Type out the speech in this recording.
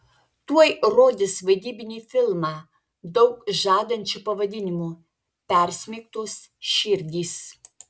tuoj rodys vaidybinį filmą daug žadančiu pavadinimu persmeigtos širdys